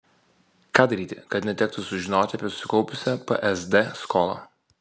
ką daryti kad netektų sužinoti apie susikaupusią psd skolą